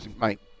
mate